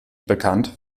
bekannt